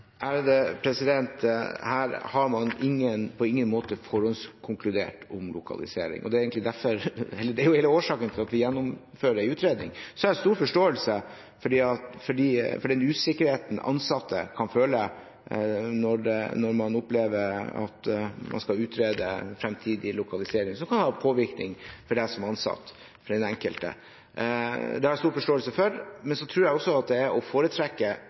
jo hele årsaken til at vi gjennomfører en utredning. Jeg har stor forståelse for den usikkerheten ansatte kan føle når man opplever at man skal utrede fremtidig lokalisering – som kan ha påvirkning for den enkelte ansatte. Det har jeg stor forståelse for. Men jeg tror også det er å foretrekke